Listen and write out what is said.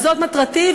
זאת מטרתי.